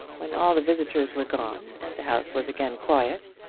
when all the visitors were gone and the house was again quiet,